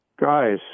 Guys